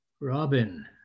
Robin